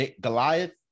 Goliath